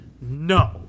No